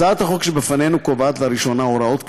הצעת החוק שלפנינו קובעת לראשונה הוראות כלליות,